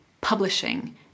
publishing